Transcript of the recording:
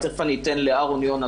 תיכף אני אתן לאהרון יונה,